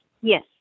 Yes